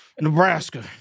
Nebraska